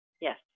Yes